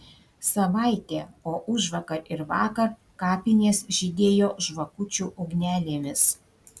savaitė o užvakar ir vakar kapinės žydėjo žvakučių ugnelėmis